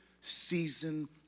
season